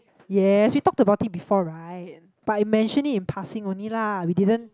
yes we talked about it before right but it mention it in passing only lah we didn't